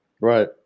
Right